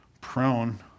prone